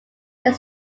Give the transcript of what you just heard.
there